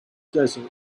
desert